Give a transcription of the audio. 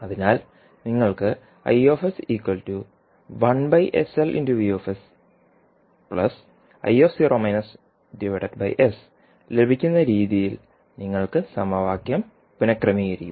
അതിനാൽ നിങ്ങൾക്ക് ലഭിക്കുന്ന രീതിയിൽ നിങ്ങൾ സമവാക്യം പുനക്രമീകരിക്കും